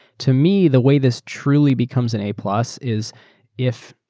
to me, the way this truly becomes an a plus is if